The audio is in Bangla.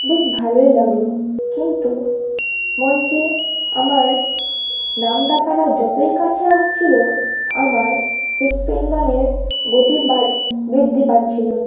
বেশ ভালোই লাগলো কিন্তু মঞ্চে আমার নাম ডাকাটা যতই কাছে আসছিলো আমার হৃদপিন্ডের গতি বা বৃদ্ধি পাচ্ছিলো